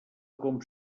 com